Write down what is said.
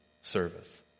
service